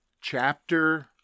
chapter